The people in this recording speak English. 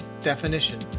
definition